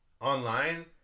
online